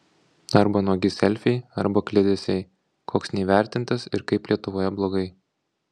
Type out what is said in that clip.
arba nuogi selfiai arba kliedesiai koks neįvertintas ir kaip lietuvoje blogai